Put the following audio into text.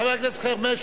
חבר הכנסת חרמש,